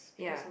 ya